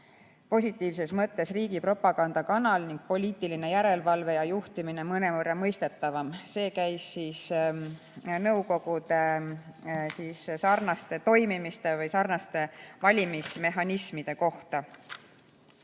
positiivses mõttes riigi propagandakanal ning poliitiline järelevalve ja juhtimine on mõnevõrra mõistetavam. See käis siis nõukogude sarnase toimimise või sarnaste valimismehhanismide kohta.